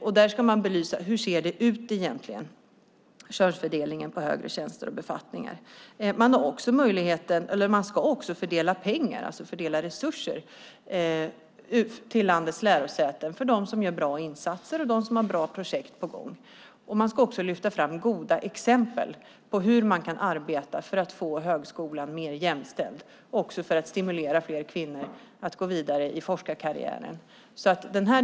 Delegationen ska belysa hur könsfördelningen för högre tjänster och befattningar egentligen ser ut. Man ska också fördela resurser till landets lärosäten för dem som gör bra insatser och har bra projekt på gång samt lyfta fram goda exempel på hur man kan arbeta för att få högskolan mer jämställd, också för att stimulera fler kvinnor att gå vidare i forskarkarriären.